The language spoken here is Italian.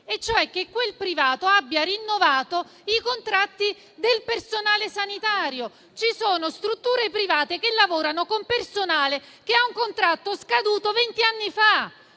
e cioè che quel privato abbia rinnovato i contratti del personale sanitario. Ci sono strutture private che lavorano con personale che ha un contratto scaduto vent'anni fa.